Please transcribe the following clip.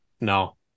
no